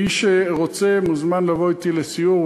מי שרוצה מוזמן לבוא אתי לסיור,